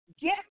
Get